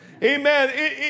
Amen